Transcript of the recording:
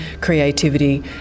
creativity